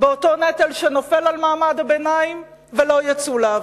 באותו נטל שנופל על מעמד הביניים ולא יצאו לעבוד.